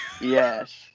Yes